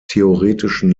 theoretischen